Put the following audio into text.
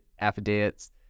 affidavits